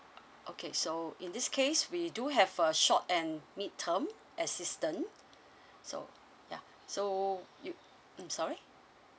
okay so in this case we do have a short and mid term assistant so ya so you um sorry